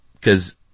cause